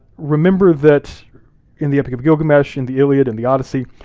remember that in the epic of gilgamesh, in the iliad, in the odyssey,